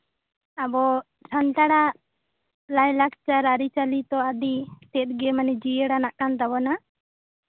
ᱟᱵᱚ ᱥᱟᱱᱛᱟᱲᱟᱜ ᱞᱟᱭ ᱞᱟᱠᱪᱟᱨ ᱟᱹᱨᱤᱪᱟᱹᱞᱤ ᱫᱚ ᱟᱹᱰᱤ ᱛᱮᱜ ᱜᱮ ᱡᱤᱭᱟᱹᱲ ᱟᱱᱟᱜ ᱠᱟᱱ ᱛᱟᱵᱚᱱᱟ